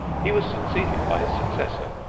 he was succeeded by his successor,